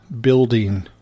building